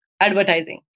advertising